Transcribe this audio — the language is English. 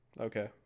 Okay